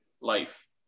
life